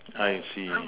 I see